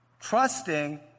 trusting